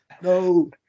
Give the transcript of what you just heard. No